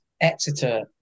Exeter